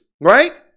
right